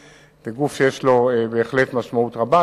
זה גוף שיש לו בהחלט משמעות רבה,